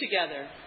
together